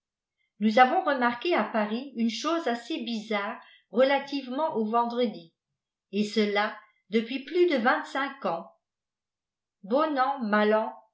nous avons remarqué à paris une cdose assez bizarre relativement au vendredi et cela depuis plus de vingt-cinq ans bon an mal an